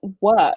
work